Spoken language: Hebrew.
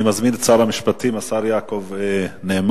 אני מזמין את שר המשפטים, השר יעקב נאמן,